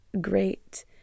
great